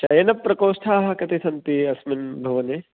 शयनप्रकोष्ठाः कति सन्ति अस्मिन् भवने